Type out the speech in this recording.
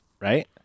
Right